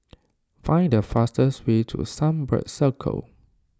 find the fastest way to Sunbird Circle